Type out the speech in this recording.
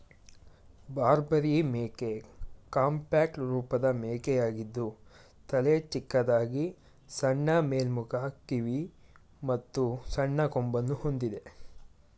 ಬಾರ್ಬರಿ ಮೇಕೆ ಕಾಂಪ್ಯಾಕ್ಟ್ ರೂಪದ ಮೇಕೆಯಾಗಿದ್ದು ತಲೆ ಚಿಕ್ಕದಾಗಿ ಸಣ್ಣ ಮೇಲ್ಮುಖ ಕಿವಿ ಮತ್ತು ಸಣ್ಣ ಕೊಂಬನ್ನು ಹೊಂದಿದೆ